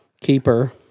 keeper